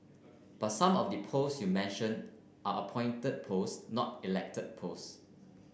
but some of the pose you mentioned are appointed pose not elected pose